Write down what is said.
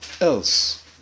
else